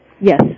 Yes